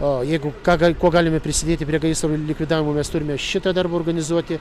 o jeigu ką gali kuo galime prisidėti prie gaisro likvidavimo mes turime šitą darbą organizuoti